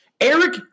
Eric